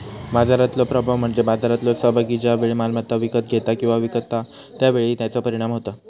बाजारातलो प्रभाव म्हणजे बाजारातलो सहभागी ज्या वेळी मालमत्ता विकत घेता किंवा विकता त्या वेळी त्याचा परिणाम होता